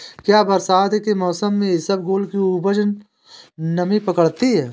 क्या बरसात के मौसम में इसबगोल की उपज नमी पकड़ती है?